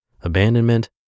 abandonment